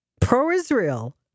pro-Israel